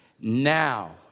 Now